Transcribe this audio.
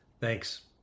Thanks